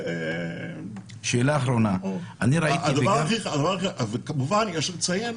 יש לציין,